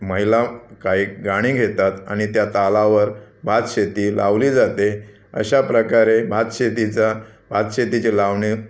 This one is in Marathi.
महिला काही गाणी घेतात आणि त्या तालावर भात शेती लावली जाते अशा प्रकारे भात शेतीचा भात शेतीची लावणी